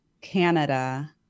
Canada